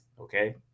Okay